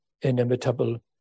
inimitable